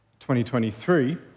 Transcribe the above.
2023